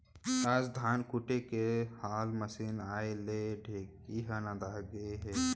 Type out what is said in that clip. आज धान कूटे के हालर मसीन आए ले ढेंकी ह नंदा गए हे